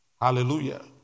Hallelujah